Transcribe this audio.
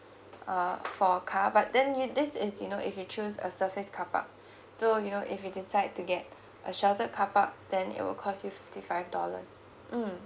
uh for car but then you this is you know if you choose a surface car park so you know if you decide to get a sheltered car park then it will cost fifty five dollars mm